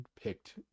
picked